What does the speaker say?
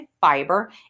fiber